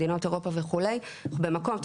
מדינות אירופה וכו' אנחנו במקום טוב